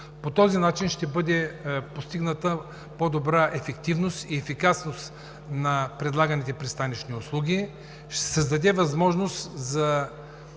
По този начин ще бъде постигната по-добра ефективност и ефикасност на предлаганите пристанищни услуги, ще се създаде възможност за